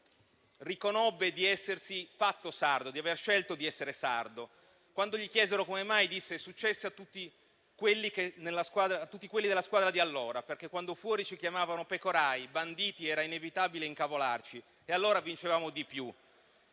riconobbe di essersi fatto sardo, di aver scelto di essere sardo. Quando gli chiesero come mai, disse che succedeva a tutti quelli della squadra di allora, perché quando fuori li chiamavano pecorari e banditi, era inevitabile che si "incavolassero" e allora vincevano di più.